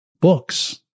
books